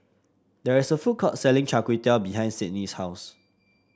there is a food court selling Char Kway Teow behind Sydnie's house